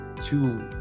two